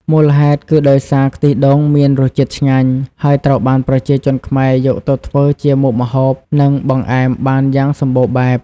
មូលហេតុគឺដោយសារដូងខ្ទិះមានរសជាតិឆ្ងាញ់ ហើយត្រូវបានប្រជាជនខ្មែរយកទៅធ្វើជាមុខម្ហូប និងបង្អែមបានយ៉ាងសម្បូរបែប។